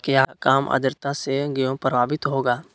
क्या काम आद्रता से गेहु प्रभाभीत होगा?